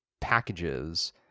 packages